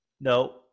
No